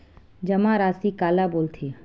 जमा राशि काला बोलथे?